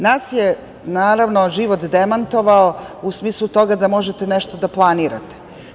Nas je, naravno, život demantovao u smislu toga da možete nešto da planirate.